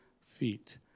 feet